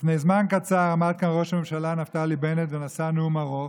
לפני זמן קצר עמד כאן ראש הממשלה נפתלי בנט ונשא נאום ארוך,